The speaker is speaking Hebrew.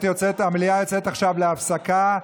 מוועדת החוקה,